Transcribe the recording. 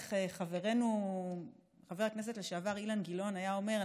איך חברנו חבר הכנסת לשעבר אילן גילאון היה אומר?